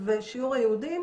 ושיעור היהודים